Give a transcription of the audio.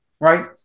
right